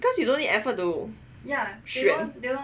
because you don't need effort to 选